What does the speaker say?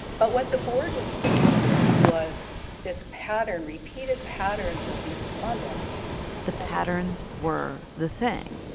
but what the board was faced with was this pattern repeated patterns of misconduct the patterns were the thing.